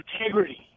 Integrity